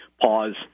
Pause